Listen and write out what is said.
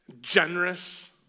generous